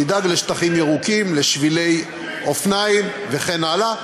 תדאג לשטחים ירוקים, לשבילי אופניים וכן הלאה,